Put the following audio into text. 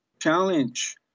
challenge